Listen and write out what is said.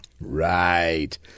Right